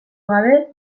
gabe